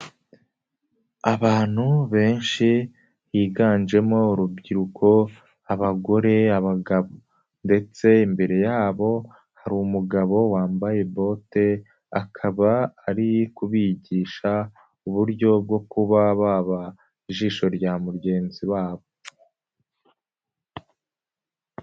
Abantu benshi, higanjemo urubyiruko, abagore, abagabo ndetse mbere yabo hari umugabo wambaye bote, akaba ari kubigisha, uburyo bwo kuba baba ijisho rya mugenzi wabo.